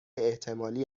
احتمالی